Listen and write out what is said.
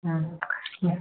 हाँ यह